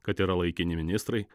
kad yra laikini ministrai